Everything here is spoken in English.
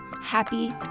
happy